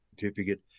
certificate